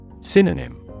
Synonym